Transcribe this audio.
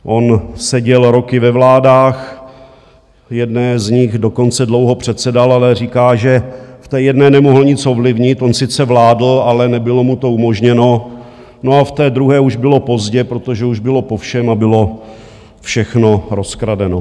On seděl roky ve vládách, jedné z nich dokonce dlouho předsedal, ale říká, že v té jedné nemohl nic ovlivnit, on sice vládl, ale nebylo mu to umožněno, no a v té druhé už bylo pozdě, protože už bylo po všem a bylo všechno rozkradeno.